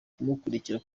kumurikira